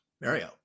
Mario